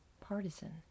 partisan